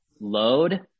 load